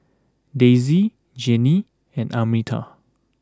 Dayse Jayne and Arminta